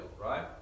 right